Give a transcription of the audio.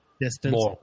distance